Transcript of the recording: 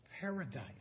paradise